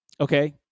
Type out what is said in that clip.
okay